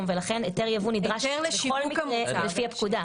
ולכן היתר יבוא נדרש בכל מקרה לפי הפקודה.